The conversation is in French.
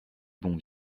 bon